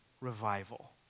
revival